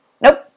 nope